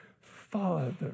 Father